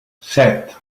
set